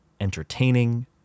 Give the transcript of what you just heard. entertaining